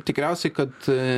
tikriausiai kad